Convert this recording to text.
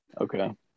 Okay